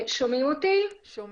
קודם